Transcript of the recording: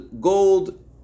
Gold